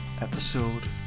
episode